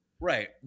Right